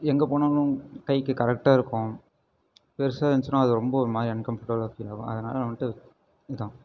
எங்கே போனாலும் கைக்கு கரெக்டாக இருக்கும் பெருசாக இருந்துச்சினால் அது ரொம்ப ஒரு மாதிரி அன்கம்ஃபர்டபலாக ஃபீல் ஆகும் அதனால் நான் வந்துட்டு இதுதான்